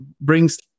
brings